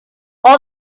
all